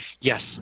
Yes